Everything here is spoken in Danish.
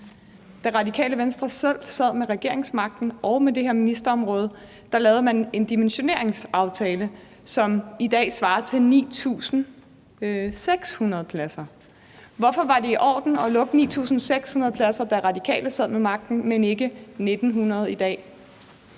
Da Radikale Venstre selv sad med regeringsmagten og med det her ministerområde, lavede man en dimensioneringsaftale, som i dag svarer til 9.600 pladser. Hvorfor var det i orden at lukke 9.600 pladser, da Radikale Venstre sad med magten, men ikke 1.900 i dag?